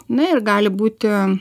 na ir gali būti